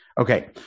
Okay